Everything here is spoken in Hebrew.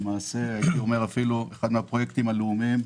אחד מן הפרויקטים הלאומיים